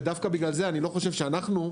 ודווקא בגלל זה אני לא חושב שאנחנו,